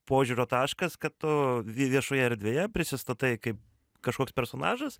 požiūrio taškas kad tu viešoje erdvėje prisistatai kaip kažkoks personažas